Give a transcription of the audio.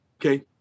Okay